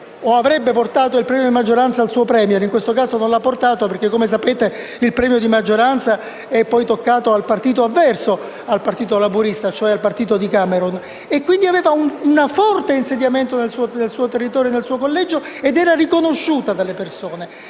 avrebbe portato il premio di maggioranza al suo *Premier* anche se, in questo caso, non è stato così perché, come sapete, il premio di maggioranza è poi toccato al partito avverso al partito laburista, cioè al partito di Cameron. Ella aveva quindi un forte radicamento nel suo territorio e nel suo collegio ed era riconosciuta dalle persone.